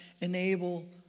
enable